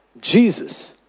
Jesus